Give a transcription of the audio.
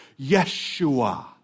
Yeshua